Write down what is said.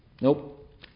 Nope